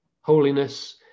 Holiness